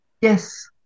Yes